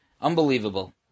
Unbelievable